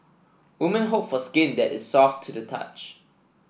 women hope for skin that is soft to the touch